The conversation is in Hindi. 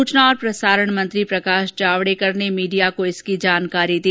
सूचना और प्रसार मंत्री प्रकाश जावडेकर ने मीडिया को इसकी जानकारी दी